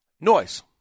noise